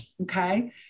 Okay